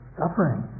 suffering